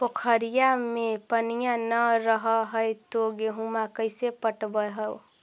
पोखरिया मे पनिया न रह है तो गेहुमा कैसे पटअब हो?